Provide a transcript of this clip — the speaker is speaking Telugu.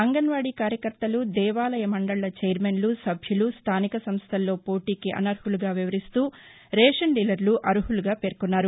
అంగన్వాడి కార్యకర్తలు దేవాలయ మండళ్ళ ఛైర్మన్లు సభ్యులు స్దానిక సంస్థల్లో పోటీకి అనర్హులుగా వివరిస్తూ రేషన్ డీలర్లు అర్హులుగా పేర్కొన్నారు